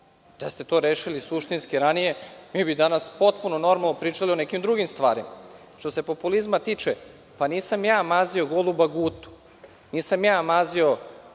Da ste to rešili suštinski ranije, mi bi danas potpuno normalno pričali o nekim drugim stvarima. Što se populizma tiče, nisam ja mazio goluba Gutu, nisam ja mazio